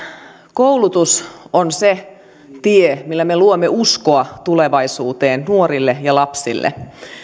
koulutus on se tie millä me luomme uskoa tulevaisuuteen nuorille ja lapsille